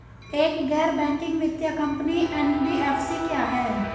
एक गैर बैंकिंग वित्तीय कंपनी एन.बी.एफ.सी क्या है?